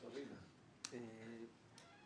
יש לי שאלה.